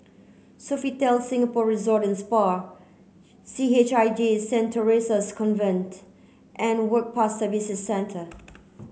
Sofitel Singapore Resort and Spa C H I J Saint Theresa's Convent and Work Pass Services Centre